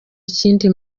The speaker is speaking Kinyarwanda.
ikindi